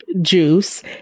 juice